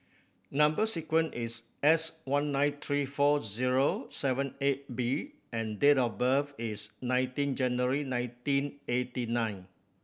number sequence is S one nine three four zero seven eight B and date of birth is nineteen January nineteen eighty nine